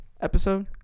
episode